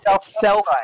self